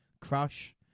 Crush